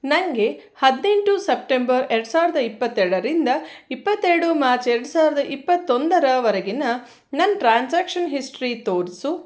ನನಗೆ ಹದಿನೆಂಟು ಸಪ್ಟೆಂಬರ್ ಎರಡು ಸಾವಿರದ ಇಪ್ಪತ್ತೆರಡರಿಂದ ಇಪ್ಪತ್ತೆರಡು ಮಾರ್ಚ್ ಎರಡು ಸಾವಿರದ ಇಪ್ಪತ್ತೊಂದರವರೆಗಿನ ನನ್ನ ಟ್ರಾನ್ಸಾಕ್ಷನ್ ಹಿಸ್ಟ್ರಿ ತೋರಿಸು